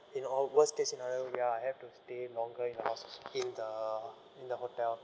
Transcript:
in all worst case scenario we are have to stay longer in a hos~ in the in the hotel